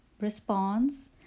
response